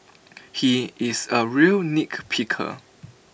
he is A real nitpicker